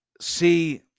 see